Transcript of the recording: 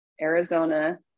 Arizona